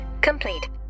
complete